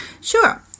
Sure